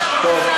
טוב.